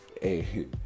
Hey